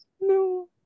No